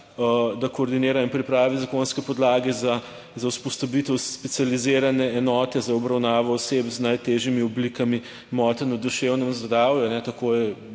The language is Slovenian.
da koordinira in pripravi zakonske podlage za vzpostavitev specializirane enote za obravnavo oseb z najtežjimi oblikami motenj v duševnem zdravju. Tako je